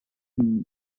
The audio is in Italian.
minix